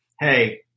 Hey